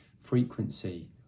frequency